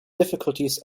difficulties